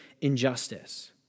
injustice